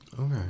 Okay